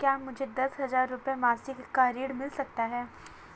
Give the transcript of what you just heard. क्या मुझे दस हजार रुपये मासिक का ऋण मिल सकता है?